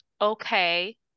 Okay